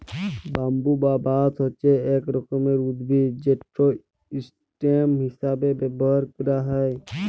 bamboo বা বাঁশ হছে ইক রকমের উদ্ভিদ যেট ইসটেম হিঁসাবে ব্যাভার ক্যারা হ্যয়